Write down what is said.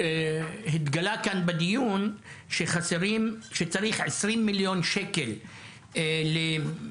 התגלה כאן בדיון שצריך 20 מיליון שקל למימון